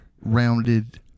Rounded